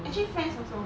actually friends also